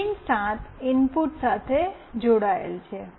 pin 7 input સાથે જોડાયેલ છે